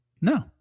No